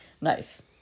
nice